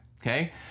Okay